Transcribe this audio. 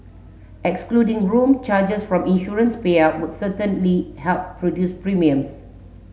excluding room charges from insurance payout would certainly help reduce premiums